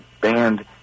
banned